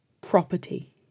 property